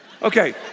Okay